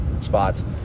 spots